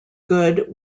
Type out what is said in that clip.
good